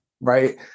right